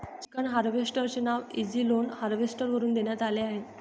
chicken harvester चे नाव Easyload harvester वरून देण्यात आले आहे